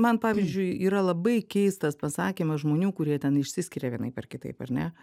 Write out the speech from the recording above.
man pavyzdžiui yra labai keistas pasakymas žmonių kurie ten išsiskiria vienaip ar kitaip ar ne